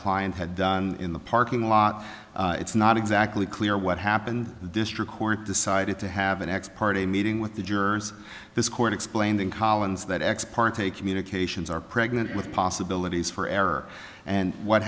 client had done in the parking lot it's not exactly clear what happened the district court decided to have an ex parte meeting with the jurors this court explained in collins that ex parte communications are pregnant with possibilities for error and what